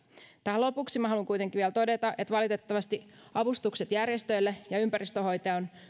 tähän lopuksi haluan kuitenkin vielä todeta että valitettavasti avustukset järjestöille ja ympäristönhoitoon